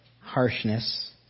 harshness